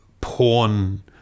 porn